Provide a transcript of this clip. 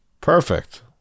Perfect